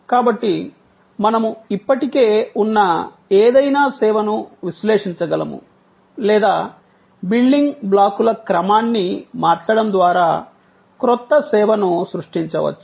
కాబట్టి మనము ఇప్పటికే ఉన్న ఏదైనా సేవను విశ్లేషించగలము లేదా బిల్డింగ్ బ్లాకుల క్రమాన్ని మార్చడం ద్వారా క్రొత్త సేవను సృష్టించవచ్చు